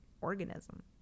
organism